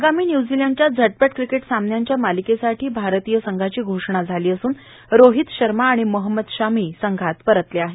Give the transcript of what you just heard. आगामी न्यूझीलंडच्या झटपट क्रिकेट सामन्यांच्या मालिकेसाठी भारतीय संघाची घोषणा झाली असून रोहित शर्मा आणि मोहम्मद शमी संघात परतले आहेत